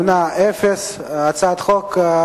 לוועדה משותפת לוועדת הכלכלה